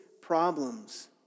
problems